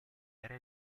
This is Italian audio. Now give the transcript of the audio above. era